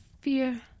fear